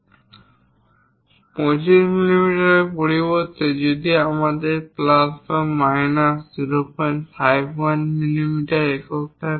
25 মিমি এর পরিবর্তে যদি আমাদের প্লাস বা মাইনাস 051 মিমি একক থাকে